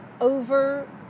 over